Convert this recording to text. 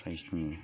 सायसनि